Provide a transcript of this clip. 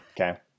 Okay